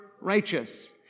righteous